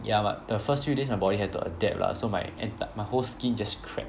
ya but the first few days my body had to adapt lah so my and my whole skin just crack